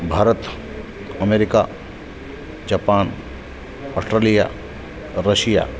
Bharat America Japan Australia Russia